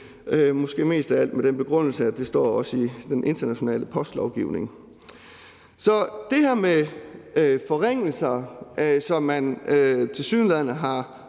måske mest af alt med den begrundelse, at det også står i den internationale postlovgivning. Kl. 11:33 Så til det her med forringelser, som man tilsyneladende har